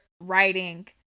writing